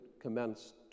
commenced